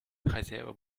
хозяева